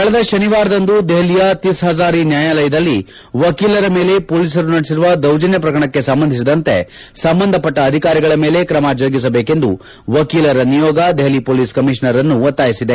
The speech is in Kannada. ಕಳೆದ ಶನಿವಾರದಂದು ದೆಹಲಿಯ ತಿಸ್ ಹಜಾರಿ ನ್ಯಾಯಾಲಯದಲ್ಲಿ ವಕೀಲರ ಮೇಲೆ ಪೊಲೀಸರು ನಡೆಸಿರುವ ದೌರ್ಜನ್ಯ ಪ್ರಕರಣಕ್ಕೆ ಸಂಬಂಧಿಸಿದಂತೆ ಸಂಬಂಧಪಟ್ಟ ಅಧಿಕಾರಿಗಳ ಮೇಲೆ ಕ್ರಮ ಜರುಗಿಸಬೇಕೆಂದು ವಕೀಲರ ನಿಯೋಗ ದೆಹಲಿ ಪೊಲೀಸ್ ಕಮಿಷನರ್ ಅನ್ನು ಒತ್ತಾಯಿಸಿದೆ